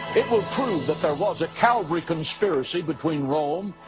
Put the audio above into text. it will prove that there was a calvary conspiracy between rome,